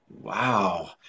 wow